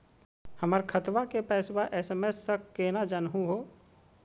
हमर खतवा के पैसवा एस.एम.एस स केना जानहु हो?